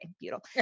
beautiful